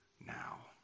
now